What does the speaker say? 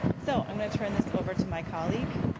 so, i'm going to turn this over to my colleague,